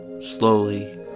slowly